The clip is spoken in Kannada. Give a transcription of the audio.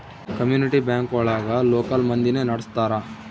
ಕಮ್ಯುನಿಟಿ ಬ್ಯಾಂಕ್ ಒಳಗ ಲೋಕಲ್ ಮಂದಿನೆ ನಡ್ಸ್ತರ